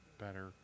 better